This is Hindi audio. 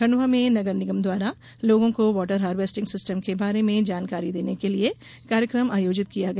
खंडवा में नगरनिगम द्वारा लोगों को वॉटर हार्वेस्टिंग सिस्टम के बारे में जानकारी देने के लिए कार्यक्रम आयोजित किया गया